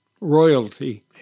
royalty